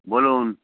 বলুন